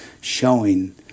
showing